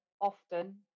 often